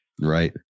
Right